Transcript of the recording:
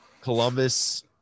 Columbus